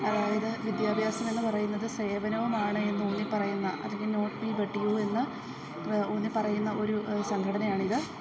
അതായത് വിദ്യാഭ്യാസമെന്നു പറയുന്നത് സേവനവുമാണ് എന്ന് ഊന്നി പറയുന്ന അതിനെ നോട്ട് മീ ബട്ട് യൂ എന്ന് ഊന്നി പറയുന്ന ഒരു സംഘടനയാണിത്